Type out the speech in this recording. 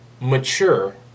mature